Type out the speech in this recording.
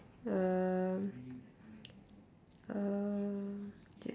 um uh just